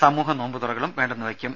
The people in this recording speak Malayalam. സമൂഹ നോമ്പ്തുറകളും വേണ്ടെന്ന് വെക്കും